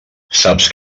saps